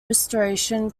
restoration